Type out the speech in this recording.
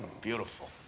Beautiful